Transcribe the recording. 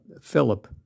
Philip